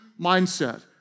mindset